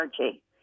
energy